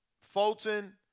Fulton